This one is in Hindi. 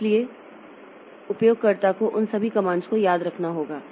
इसलिए उपयोगकर्ता को उन सभी कमांड को याद रखना होगा